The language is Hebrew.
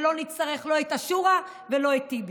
ולא נצטרך לא את השורא ולא את טיבי.